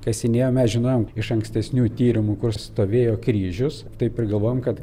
kasinėjom mes žinojom iš ankstesnių tyrimu kur stovėjo kryžius taip ir galvojom kad